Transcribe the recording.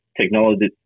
technology